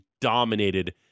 dominated